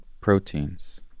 proteins